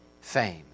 fame